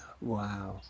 Wow